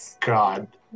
God